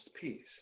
peace